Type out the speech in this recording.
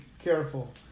careful